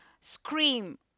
scream